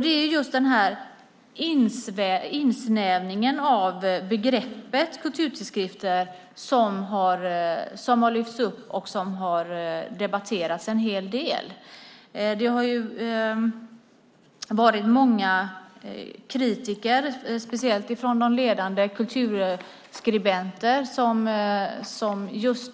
Det är just denna insnävning av begreppet kulturtidskrifter som har lyfts upp och debatterats en hel del. Många ledande kulturskribenter